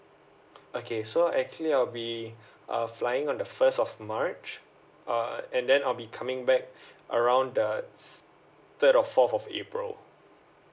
okay so actually I'll be uh flying on the first of march uh and then I'll be coming back around the the third or fourth of april